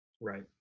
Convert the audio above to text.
Right